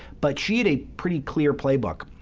but she had a pretty clear playbook,